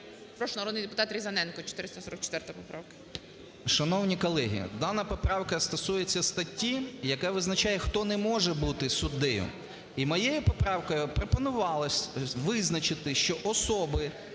Прошу, народний депутатРізаненко, 444 поправка.